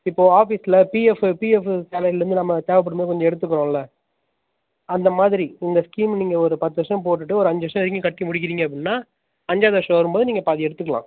இப்போது ஆஃபீஸ்சில் PF PF சேலரியில் இருந்து நம்ம தேவைப்படும் போது கொஞ்சம் எடுத்துக்கிறோம்ல அந்தமாதிரி இந்த ஸ்கீம் நீங்கள் ஒரு பத்து வருஷம் போட்டுவிட்டு ஒரு அஞ்சு வருஷம் வரைக்கும் கட்டி முடிக்கிறீங்க அப்படின்னா அஞ்சாவது வருஷம் வரும் போது நீங்கள் பாதி எடுத்துக்கலாம்